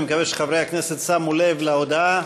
אני מקווה שחברי הכנסת שמו לב להודעה.